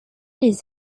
les